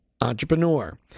entrepreneur